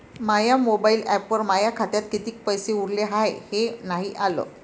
माया mobile ॲपवर माया खात्यात किती पैसे उरले हाय हे नाही आलं